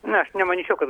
na aš nemanyčiau kad